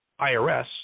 IRS